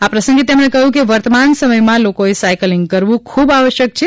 આ પ્રસંગે તેમણે કહ્યું કે વર્તમાન સમયમાં લોકોએ સાયક્લિંગ કરવું ખૂબ આવશ્યક છે